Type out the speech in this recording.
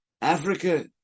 Africa